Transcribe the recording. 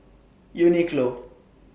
Uniqlo